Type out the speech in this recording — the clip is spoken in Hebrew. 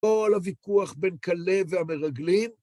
כל הוויכוח בין כלב והמרגלים.